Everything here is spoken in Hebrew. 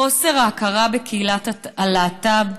חוסר ההכרה בקהילת הלהט"ב,